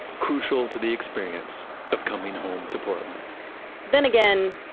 crucial to the experience of coming home to portland then again,